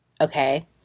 Okay